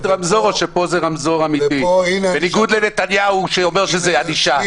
או שפה זה רמזור אמיתי בניגוד לנתניהו שאומר שזה ענישה?